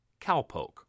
Cowpoke